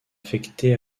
affectés